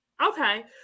Okay